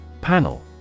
Panel